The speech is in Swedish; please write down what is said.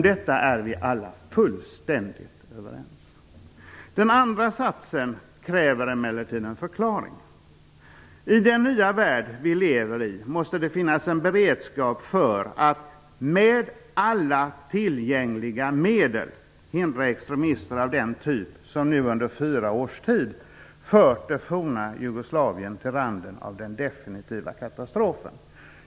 Detta är vi alla fullständigt överens om. Den andra satsen kräver emellertid en förklaring: "I den nya värld vi lever i, måste det finnas en beredskap för att med alla tillgängliga medel hindra extremister av den typ som nu under fyra års tid fört det forna Jugoslavien till randen av den definitiva katastrofen."